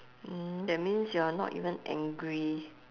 mm that means you are not even angry